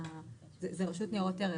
זאת רשות ניירות ערך.